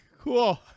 Cool